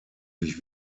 sich